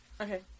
Okay